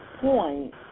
point